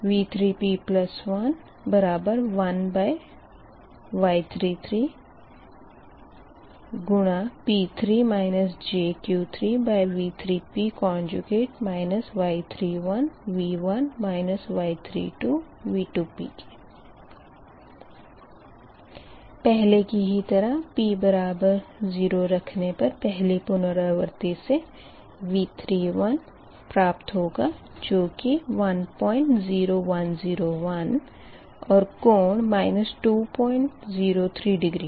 V3p11Y33P3 jQ3 Y31V1 Y32V2p पहले की ही तरह p 0 रखने पर पहली पुनरावर्ती से V31 प्राप्त होगा जो कि 10101 और कोण 203 डिग्री होगा